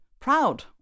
proud